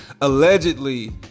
allegedly